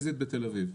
הוא פיסית בתל אביב.